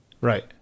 Right